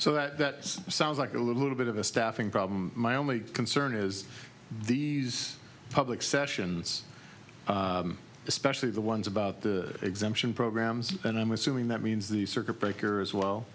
so that sounds like a little bit of a staffing problem my only concern is these public sessions especially the ones about the exemption programs and i'm assuming that means the circuit breaker as